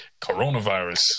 Coronavirus